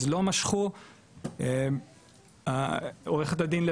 עו"ד לב ארי דיברה על בעיות שהיו בסביבות 2006,